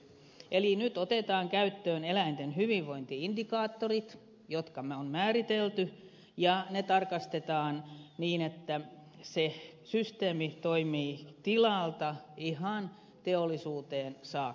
eli nyt otetaan käyttöön eläinten hyvinvointi indikaattorit jotka on määritelty ja ne tarkastetaan niin että se systeemi toimii tilalta ihan teollisuuteen saakka